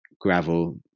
gravel